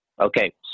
Okay